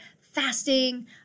fasting